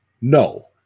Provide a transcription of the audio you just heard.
no